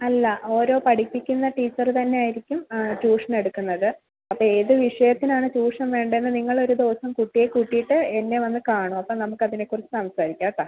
അല്ല ഓരോ പഠിപ്പിക്കുന്ന ടീച്ചറ് തന്നെ ആയിരിക്കും ട്യൂഷൻ എടുക്കുന്നത് അപ്പം ഏത് വിഷയത്തിനാണ് ട്യൂഷൻ വേണ്ടതെന്ന് നിങ്ങൾ ഒരു ദിവസം കുട്ടിയെ കൂട്ടിയിട്ട് എന്നെ വന്ന് കാണൂ അപ്പം നമുക്ക് അതിനെ കുറിച്ച് സംസാരിക്കാം കേട്ടൊ